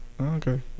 okay